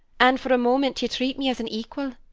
and for a moment you treat me as an equal.